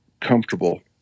comfortable